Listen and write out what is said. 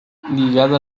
ligada